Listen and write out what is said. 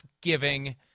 giving